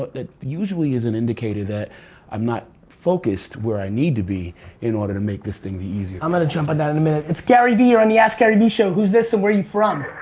that usually is an indicator that i'm not focused where i need to be in order to make this thing easier. i'm gonna jump on that in a minute. it's garyvee, you're on the askgaryvee show. who's this and where are you from?